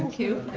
you